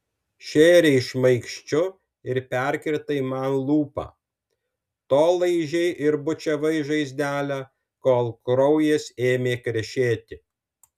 šėrei šmaikščiu ir perkirtai man lūpą tol laižei ir bučiavai žaizdelę kol kraujas ėmė krešėti